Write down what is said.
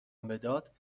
مداد